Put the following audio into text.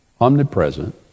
omnipresent